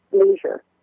leisure